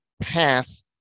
path